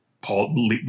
Paul